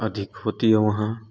अधिक होती है वहाँ